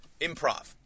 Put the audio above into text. improv